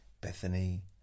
Bethany